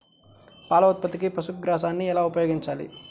పాల ఉత్పత్తికి పశుగ్రాసాన్ని ఎలా ఉపయోగించాలి?